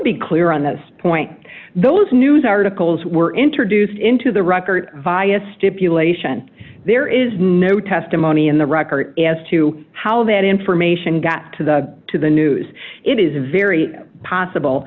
be clear on this point those news articles were introduced into the record via stipulation there is no testimony in the record as to how that information got to the to the news it is very